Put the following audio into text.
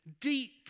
Deep